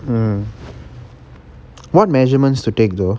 mm what measurements to take though